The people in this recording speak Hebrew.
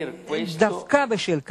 דווקא בשל כך,